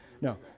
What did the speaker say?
No